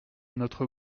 notre